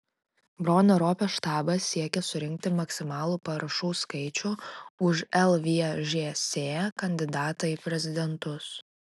bronio ropės štabas siekia surinkti maksimalų parašų skaičių už lvžs kandidatą į prezidentus